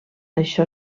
això